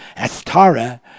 Astara